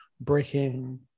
breaking